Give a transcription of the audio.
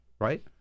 Right